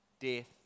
death